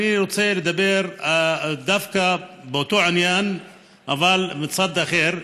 אני רוצה לדבר דווקא באותו עניין אבל מצד אחר,